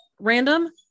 Random